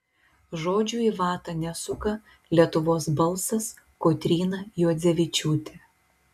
žodžių į vatą nesuka lietuvos balsas kotryna juodzevičiūtė